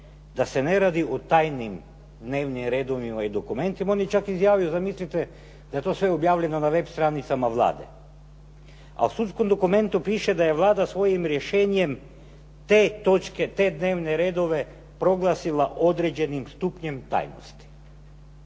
da se ne radi o tajnim dnevnim redovima i dokumentima, on je čak izjavio zamislite da je to sve objavljeno na web stranicama Vlade. A u sudskom dokumentu piše da je Vlada svojim rješenjem te točke te dnevne redove proglasila određenim stupnjem tajnosti.